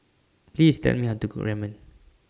Please Tell Me How to Cook Ramen